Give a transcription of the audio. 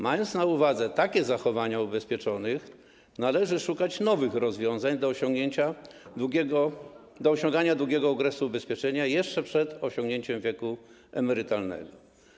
Mając na uwadze takie zachowania ubezpieczonych, należy szukać nowych rozwiązań w celu osiągania długiego okresu ubezpieczenia jeszcze przed osiągnięciem wieku emerytalnego.